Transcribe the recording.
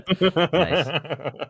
Nice